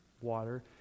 water